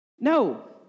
No